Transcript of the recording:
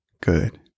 Good